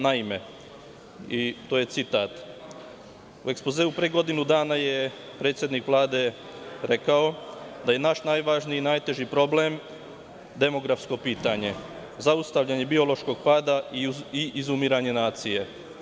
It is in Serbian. Naime, to je citat u ekspozeu pre godinu dana je predsednik Vlade rekao da je naj najvažniji i najteži problem demografsko pitanje, zaustavljanje biološkog pada i izumiranje nacije.